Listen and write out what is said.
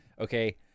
Okay